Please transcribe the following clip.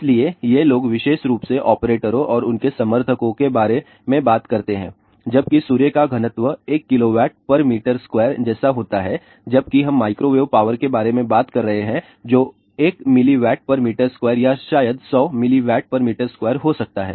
इसलिए ये लोग विशेष रूप से ऑपरेटरों और उनके समर्थकों के बारे में बात करते हैं जबकि सूर्य का घनत्व 1 KWm2जैसा होता है जबकि हम माइक्रोवेव पावर के बारे में बात कर रहे हैं जो 1 mWm2 या शायद 100 mWm2 हो सकता है